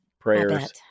prayers